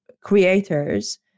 creators